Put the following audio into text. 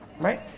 Right